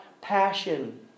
passion